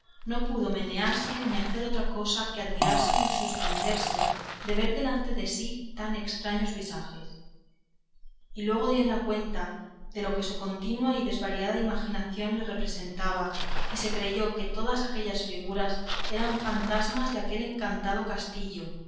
no pudo menearse ni hacer otra cosa más que admirarse y suspenderse de ver delante de sí tan estraños visajes y luego dio en la cuenta de lo que su continua y desvariada imaginación le representaba y se creyó que todas aquellas figuras eran fantasmas de aquel encantado castillo